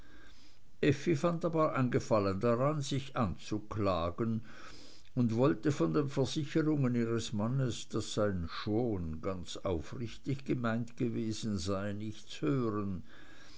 ein gefallen daran sich anzuklagen und wollte von den versicherungen ihres mannes daß sein schon ganz aufrichtig gemeint gewesen sei nichts hören